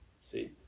see